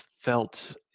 felt